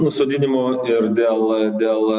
nusodinimo ir dėl dėl